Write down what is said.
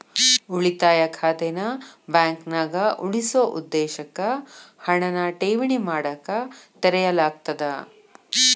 ಉಳಿತಾಯ ಖಾತೆನ ಬಾಂಕ್ನ್ಯಾಗ ಉಳಿಸೊ ಉದ್ದೇಶಕ್ಕ ಹಣನ ಠೇವಣಿ ಮಾಡಕ ತೆರೆಯಲಾಗ್ತದ